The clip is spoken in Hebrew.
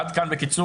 עד כאן בקיצור.